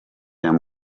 him